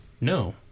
No